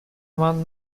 one